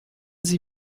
sie